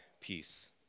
peace